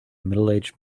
middleaged